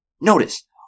Notice